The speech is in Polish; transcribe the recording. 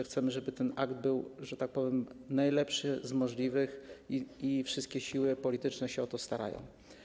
Chcemy, żeby ten akt był, że tak powiem, najlepszy z możliwych i wszystkie siły polityczne się o to starają.